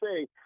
say